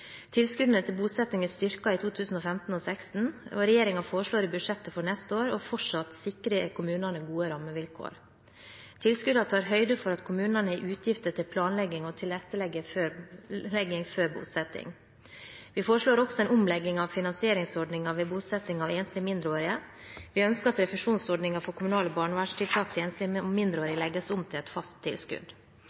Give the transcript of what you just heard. Tilskuddene til bosetting er styrket i 2015 og 2016, og regjeringen foreslår i budsjettet for neste år fortsatt å sikre kommunene gode rammevilkår. Tilskuddene tar høyde for at kommunene har utgifter til planlegging og tilrettelegging før bosetting. Vi foreslår også en omlegging av finansieringsordningen ved bosetting av enslige mindreårige. Vi ønsker at refusjonsordningen for kommunale barnevernstiltak til enslige mindreårige legges om til et fast tilskudd.